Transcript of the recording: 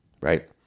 right